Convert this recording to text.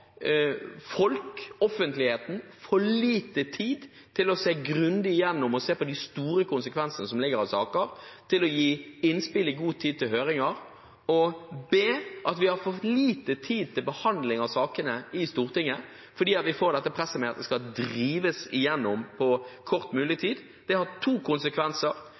folk, offentligheten, for lite tid til å se grundig igjennom dem og se på de store konsekvensene som følger av dem. De får for lite tid til å gi innspill i god tid til høringer. Det gir oss også for lite tid til behandling av sakene i Stortinget, fordi vi får dette presset med at det skal drives igjennom på kortest mulig tid. Det har to konsekvenser: